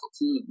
team